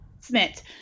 Smith